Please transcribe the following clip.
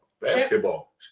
Basketball